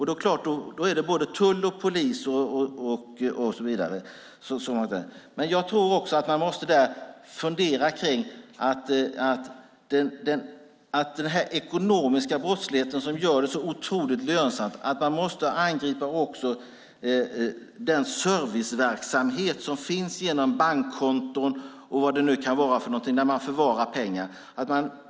Då handlar det om tull och polis och så vidare. Men jag tror också att man måste fundera kring den här ekonomiska brottsligheten, som gör det så otroligt lönsamt. Jag tror att man också måste angripa den serviceverksamhet som finns genom bankkonton och vad det nu kan vara för någonting, där man förvarar pengar.